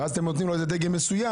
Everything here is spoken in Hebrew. אתם נותנים לו איזה דגם מסוים,